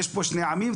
יש פה שני עמים.